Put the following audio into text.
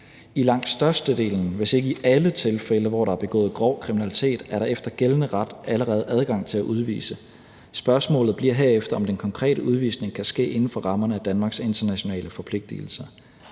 I langt størstedelen, hvis ikke i alle tilfælde, hvor der er begået grov kriminalitet, er der efter gældende ret allerede adgang til at udvise. Spørgsmålet bliver herefter, om den konkrete udvisning kan ske inden for rammerne af Danmarks internationale forpligtigelser.